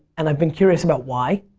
and i've been curious about why.